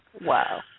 Wow